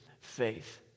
faith